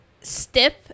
stiff